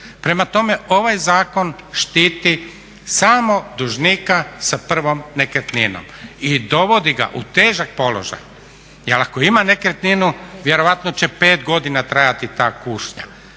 Prema tome, ovaj zakon štiti samo dužnika sa prvom nekretninom i dovodi ga u težak položaj. Jer ako ima nekretninu vjerojatno će 5 godina trajati ta kušnja